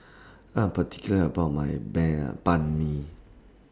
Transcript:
I'm particular about My Ban Ban MI